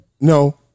No